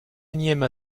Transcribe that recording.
énième